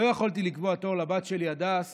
לא יכולתי לקבוע תור לבת שלי הדס